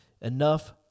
Enough